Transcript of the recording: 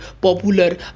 popular